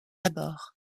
abords